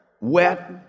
wet